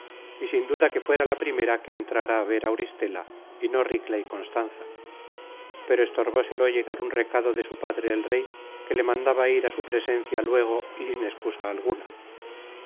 y sin duda que fuera la primera que entrara á ver á auristela y no ricla y constanza pero estorbóselo llegar un recado de su padre el rey que le mandaba ir á su presencia luego y sin excusa alguna